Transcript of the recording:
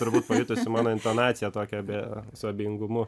turbūt pajutusi mano intonaciją tokią be su abejingumu